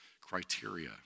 criteria